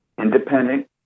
independent